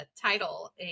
title